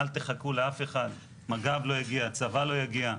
אל תחכו לאף אחד, מג"ב לא יגיע, הצבא לא יגיע.